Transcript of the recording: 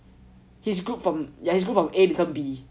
his group from A become B